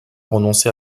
renoncer